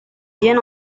bien